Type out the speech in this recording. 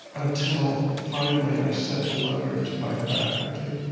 until, finally, i sent a letter to my faculty